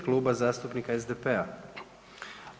Kluba zastupnika SDP-a.